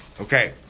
Okay